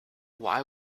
why